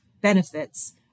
benefits